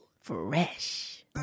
Fresh